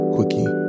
Quickie